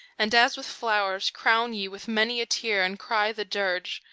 and as with flowers crown ye with many a tear and cry the dirge,